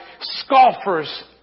scoffers